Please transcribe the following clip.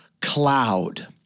cloud